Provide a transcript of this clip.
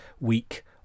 week